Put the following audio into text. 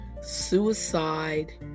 suicide